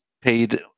paid